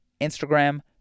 Instagram